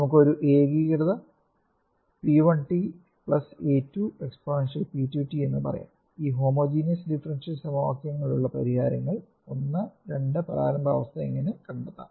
നമുക്ക് ഒരു ഏകീകൃത p 1 t a 2 exponential p 2 t എന്ന് പറയാം ഈ ഹോമോജിനിയസ് ഡിഫറൻഷ്യൽ സമവാക്യങ്ങൾക്കുള്ള പരിഹാരങ്ങളും 1 2 പ്രാരംഭ അവസ്ഥ എങ്ങനെ കണ്ടെത്താം